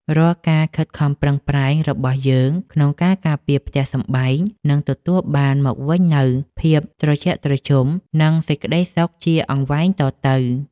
រាល់ការខិតខំប្រឹងប្រែងរបស់យើងក្នុងការការពារផ្ទះសម្បែងនឹងទទួលបានមកវិញនូវភាពត្រជាក់ត្រជុំ និងសេចក្តីសុខជាអង្វែងតទៅ។